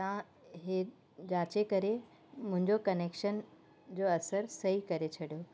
तव्हां इहे जांचे करे मुंहिंजो कनैक्शन जो असरु सही करे छॾियो